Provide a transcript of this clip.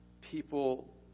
people